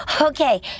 Okay